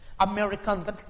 American